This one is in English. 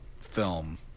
film